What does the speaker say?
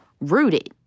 rooted